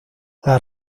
las